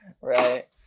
Right